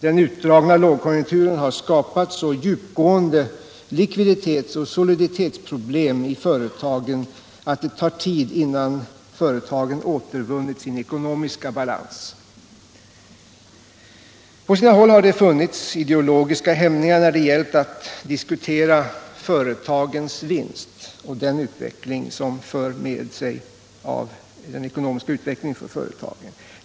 Den utdragna lågkonjunkturen har skapat så djupgående likviditets och soliditetsproblem i företagen att det tar tid innan företagen återvunnit sin balans. På sina håll har det funnits ideologiska hämningar när gällt att diskutera företagens vinst och företagens ekonomiska utveckling.